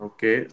Okay